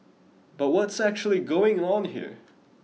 but what's actually going on here